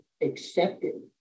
accepted